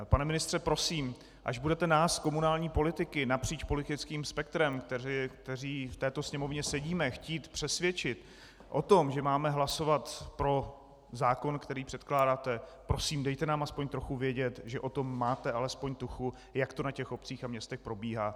Pane ministře, prosím, až budete nás komunální politiky napříč politickým spektrem, kteří v této Sněmovně sedíme, chtít přesvědčit o tom, že máme hlasovat pro zákon, který předkládáte, prosím, dejte nám aspoň trochu vědět, že o tom máte alespoň tuchu, jak to na těch obcích a městech probíhá.